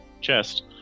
chest